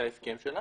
זה ההסכם שלה,